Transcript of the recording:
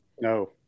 no